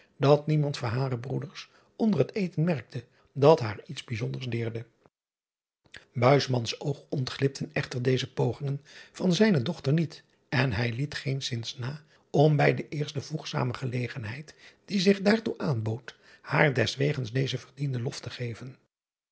dat niemand van hare broeders onder het eten merkte dat haar iets bijzonders deerde oog ontglipten echter deze pogingen van zijne dochter niet en hij liet geenszins na om bij de eerste voegzame gelegenheid die zich daartoe aanbood haar deswegens dezen verdienden lof te geven